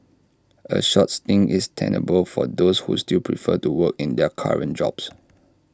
A short stint is tenable for those who still prefer to work in their current jobs